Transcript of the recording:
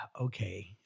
okay